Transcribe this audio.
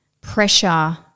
pressure